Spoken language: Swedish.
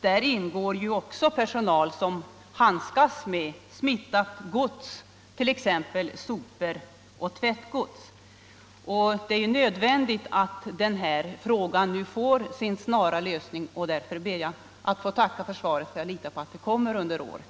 Där ingår också personal som handskas med smittat gods, t.ex. sopor och tvättgods. Det är nödvändigt att den här frågan nu får sin snara lösning, och jag litar på att det kommer att ske under året. Därför ber jag att än en gång få tacka för svaret.